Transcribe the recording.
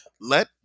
let